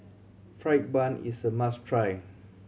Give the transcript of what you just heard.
fried bun is a must try